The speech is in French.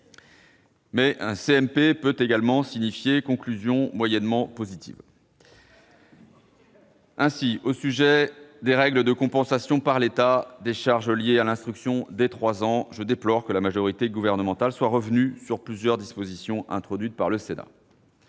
« CMP » peut également signifier « conclusions moyennement positives »! Ainsi, au sujet des règles de compensation par l'État des charges liées à l'instruction dès 3 ans, je déplore que la majorité gouvernementale soit revenue sur plusieurs dispositions introduites par le Sénat.